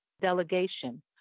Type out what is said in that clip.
delegation